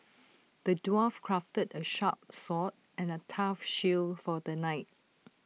the dwarf crafted A sharp sword and A tough shield for the knight